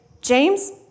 James